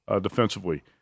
defensively